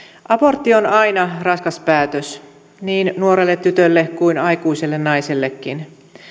abortti on aina raskas päätös niin nuorelle tytölle kuin aikuiselle naisellekin